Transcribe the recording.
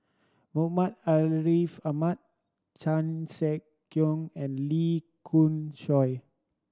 Muhammad Ariff Ahmad Chan Sek Keong and Lee Khoon Choy